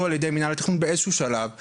על ידי מנהל התכנון באיזה שהוא שלב,